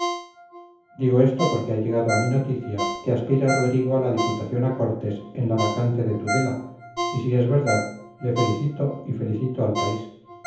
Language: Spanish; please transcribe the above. digo esto porque ha llegado a mi noticia que aspira rodrigo a la diputación a cortes en la vacante de tudela y si es verdad le felicito y felicito al país